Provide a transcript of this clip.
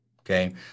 Okay